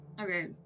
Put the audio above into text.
Okay